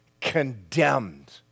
condemned